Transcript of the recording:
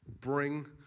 bring